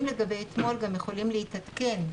אבל הנתונים לגבי אתמול גם יכולים להתעדכן,